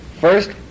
First